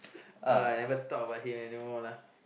uh I ever thought about it anymore lah